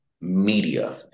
media